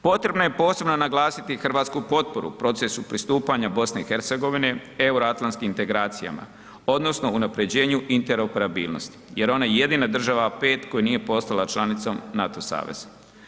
Potrebno je posebno naglasiti hrvatsku potporu u procesu pristupanja BiH Euroatlantskim integracijama odnosno unapređenju interoperabilnosti jer ona je jedina država 5 koja nije postala članicom NATO saveza.